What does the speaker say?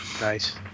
Nice